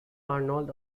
arnold